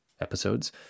episodes